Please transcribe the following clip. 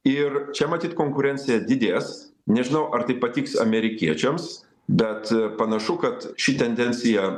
ir čia matyt konkurencija didės nežinau ar tai patiks amerikiečiams bet panašu kad ši tendencija